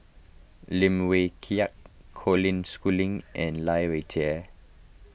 Lim Wee Kiak Colin Schooling and Lai Weijie